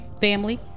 Family